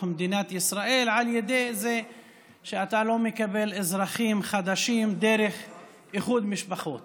מדינת ישראל על ידי זה שאתה לא מקבל אזרחים חדשים דרך איחוד משפחות.